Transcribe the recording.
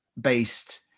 based